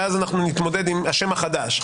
ואז אנחנו נתמודד עם השם החדש.